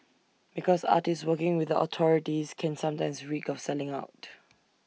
because artists working with the authorities can sometimes reek of selling out